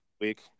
week